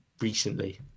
recently